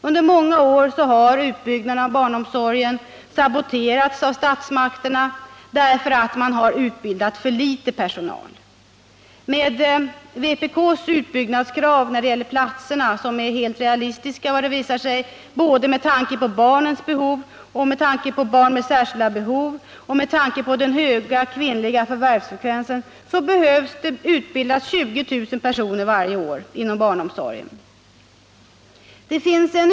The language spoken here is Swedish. Under många år har utbyggnaden av barnomsorgen saboterats av statsmakterna genom att man utbildat för litet personal. Vpk:s utbyggnadskrav när det gäller antalet platser har visat sig helt realistiska med tanke på barnens behov, med tanke på antalet barn med särskilda behov och med tanke på den höga kvinnliga förvärvsfrekvensen. Det behöver nu utbildas 20 000 personer varje år inom barnomsorgen.